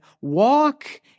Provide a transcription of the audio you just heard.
walk